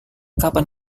kapan